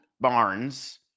Barnes